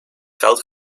koud